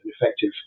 effective